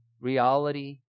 reality